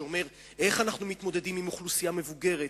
שאומר איך אנחנו מתמודדים עם אוכלוסייה מבוגרת?